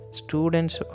students